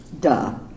duh